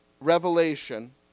revelation